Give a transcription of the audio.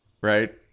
Right